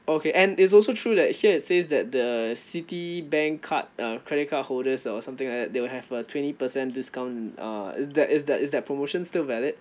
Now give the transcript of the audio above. okay and it's also true that here it says that the citibank card uh credit card holders or something like that they will have a twenty percent discount uh is that is that is that promotion still valid